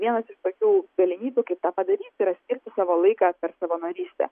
vienas iš tokių galimybių kaip tą padaryti yra skirti savo laiką per savanorystę